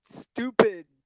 stupid